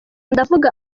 ndavuga